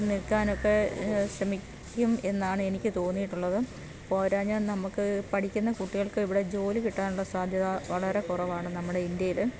നിൽക്കാനൊക്കെ ശ്രമിക്കും എന്നാണ് എനിക്ക് തോന്നിയിട്ടുള്ളത് പോരാഞ്ഞ് നമുക്ക് പഠിക്കുന്ന കുട്ടികൾക്ക് ഇവിടെ ജോലി കിട്ടാനുള്ള സാധ്യത വളരെ കുറവാണ് നമ്മുടെ ഇന്ത്യയില്